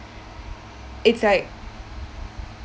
it's like